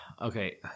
okay